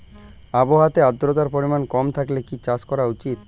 আবহাওয়াতে আদ্রতার পরিমাণ কম থাকলে কি চাষ করা উচিৎ?